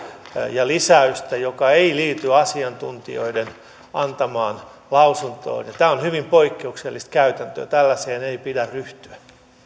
ja lisäystä joka ei liity asiantuntijoiden antamaan lausuntoon ja tämä on hyvin poikkeuksellista käytäntöä tällaiseen ei pidä ryhtyä